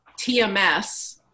TMS